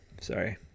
Sorry